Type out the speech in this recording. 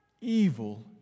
Evil